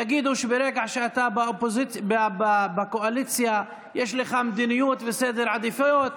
יגידו שברגע שאתה בקואליציה יש לך מדיניות וסדר עדיפויות.